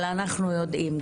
אבל אנחנו יודעים,